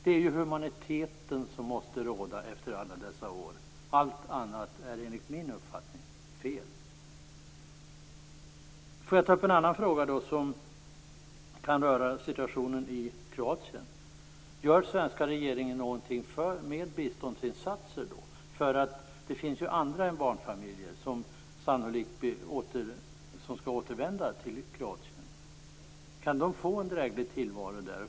Efter alla dessa år måste humaniteten få råda. Allt annat är enligt min uppfattning fel. Låt mig ta upp en annan fråga som rör situationen i Kroatien. Gör den svenska regeringen något med hjälp av biståndsinsatser? Det finns andra än barnfamiljer som skall återvända till Kroatien. Kan de få en dräglig tillvaro där?